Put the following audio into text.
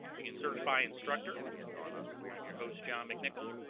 you can search by instructor i'm your host john mcnichol